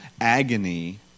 agony